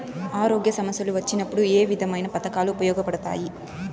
ఆరోగ్య సమస్యలు వచ్చినప్పుడు ఏ విధమైన పథకాలు ఉపయోగపడతాయి